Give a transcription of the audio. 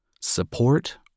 support